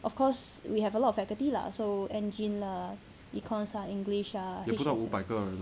of course we have a lot of faculty lah so engine lah econs ah english ah